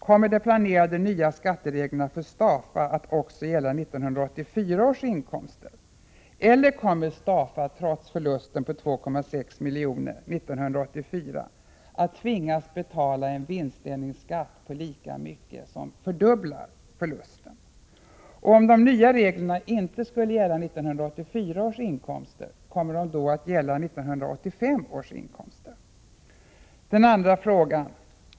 Kommer de planerade nya skattereglerna för Stafa att gälla också 1984 års inkomster, eller kommer Stafa — trots förlusten på 2,6 milj.kr. 1984 — att tvingas betala en vinstdelningsskatt på lika mycket, som fördubblar förlusten? Om de nya reglerna inte avses gälla 1984 års inkomster, kommer de då att gälla 1985 års inkomster? 2.